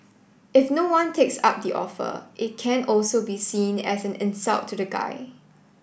if no one takes up the offer it can also be seen as an insult to the guy